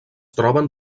troben